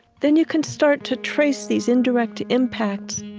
then you can start to trace these indirect impacts